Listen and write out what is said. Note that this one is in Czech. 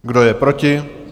Kdo je proti?